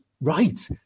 right